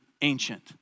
ancient